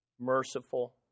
merciful